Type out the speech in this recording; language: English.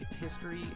history